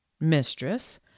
mistress